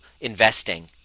investing